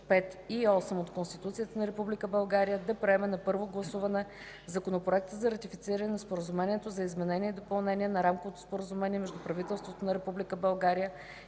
5 и 8 от Конституцията на Република България да приеме на първо гласуване Законопроекта за ратифициране на Споразумението за изменение и допълнение на Рамковото споразумение между правителството на